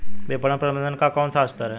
विपणन प्रबंधन का कौन सा स्तर है?